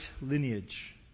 lineage